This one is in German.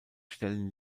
stellen